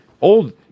old